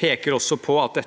peker også på at det